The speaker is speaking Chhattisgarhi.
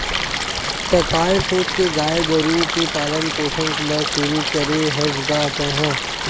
त काय सोच के गाय गरु के पालन पोसन ल शुरू करे हस गा तेंहा?